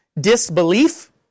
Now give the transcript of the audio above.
disbelief